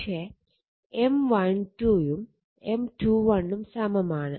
പക്ഷെ M12 ഉം M21 ഉം സമമാണ്